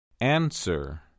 Answer